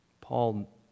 Paul